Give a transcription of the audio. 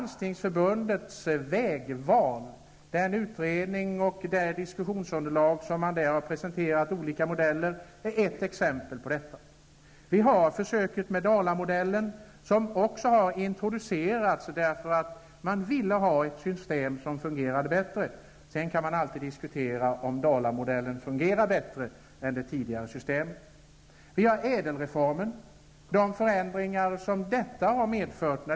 Det diskussionsunderlag och de modeller som presenteras i Landstingsförbundets utredning Vägval är ett exempel. Försöket med Dalamodellen har introducerats för att man ville ha ett system som fungerade bättre -- sedan kan man alltid diskutera om Dalamodellen verkligen fungerar bättre än det tidigare systemet. ÄDEL-reformen har också medfört förändringar inom hälso och sjukvården.